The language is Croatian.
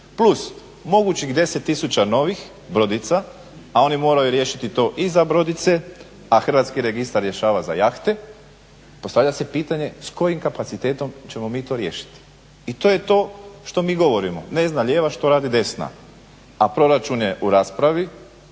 plus mogućih 10 000 novih brodica, a oni moraju riješiti to i za brodice, a Hrvatski registar rješava za jahte. Postavlja se pitanje s kojim kapacitetom ćemo mi to riješiti i to je to što mi govorimo. Ne zna lijeva što radi desna, a proračun je u raspravi